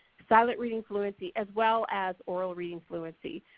silent reading fluency, as well as oral reading fluency.